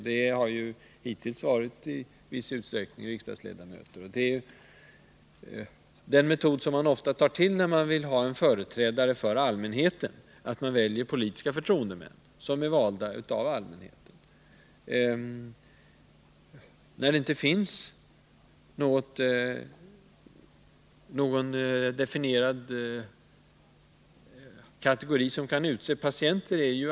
De har hittills i viss utsträckning utgjorts av riksdagsledamöter. Den metod som man ofta tar till när man vill ha företrädare för allmänheten är att man väljer politiska förtroendemän, som är valda av allmänheten. Här finns inte någon lätt definierad kategori som kan utse företrädare.